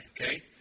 okay